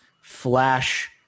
flash